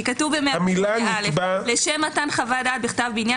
כתוב ב-108א: "לשם מתן חוות דעת בכתב בעניין